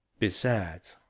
besides,